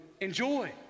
enjoy